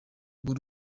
ubu